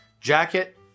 Jacket